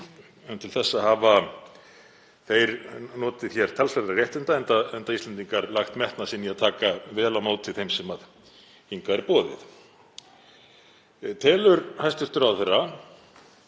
til þessa hafa þeir notið hér talsverða réttinda enda Íslendingar lagt metnað sinn í að taka vel á móti þeim sem hingað er boðið. Telur hæstv. ráðherra